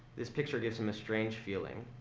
this picture gives him a strange feeling.